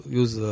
use